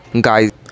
guys